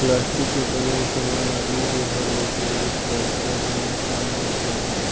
plastic से बनल समान आदमी के हर रोज जरूरत बा एकरा बिना काम ना चल सकेला